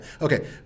Okay